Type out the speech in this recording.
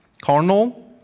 carnal